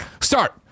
Start